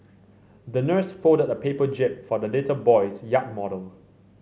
the nurse folded a paper jib for the little boy's yacht model